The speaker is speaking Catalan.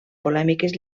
polèmiques